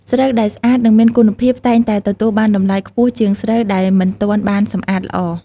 ស្រូវដែលស្អាត និងមានគុណភាព តែងតែទទួលបានតម្លៃខ្ពស់ជាងស្រូវដែលមិនទាន់បានសម្អាតល្អ។